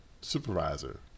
supervisor